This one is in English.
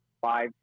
five